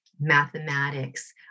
mathematics